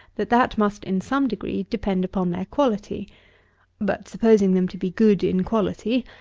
that that must, in some degree depend upon their quality but, supposing them to be good in quality,